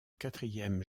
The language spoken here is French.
quatrième